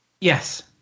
Yes